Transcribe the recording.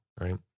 Right